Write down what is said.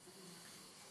השאילתה: